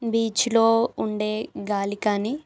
బీచ్లో ఉండే గాలి కానీ